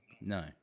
No